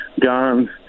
gone